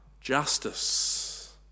justice